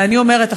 ואני אומרת,